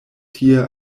tie